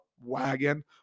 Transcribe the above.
wagon